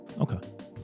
Okay